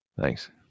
Thanks